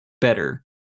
better